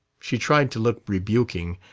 she tried to look rebuking,